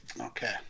Okay